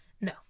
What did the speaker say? No